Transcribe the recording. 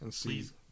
Please